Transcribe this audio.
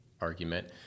argument